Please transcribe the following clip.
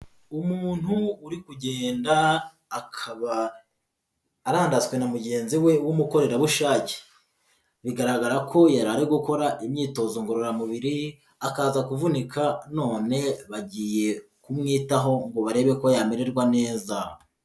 Umuntu uri kugenda akaba arandaswe na mugenzi we w'umukorerabushake, bigaragara ko yari ari gukora imyitozo ngororamubiri akaza kuvunika none bagiye kumwitaho ngo barebe ko yamererwa neza.